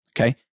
Okay